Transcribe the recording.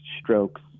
strokes